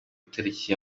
itariki